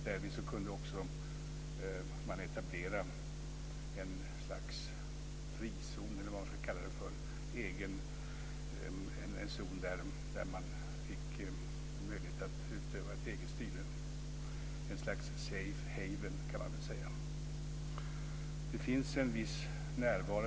Därvid kunde man också etablera ett slags frizon, en zon där man fick möjlighet att utöva ett eget styre. Man kan väl säga att det var ett slags safe haven.